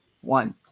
one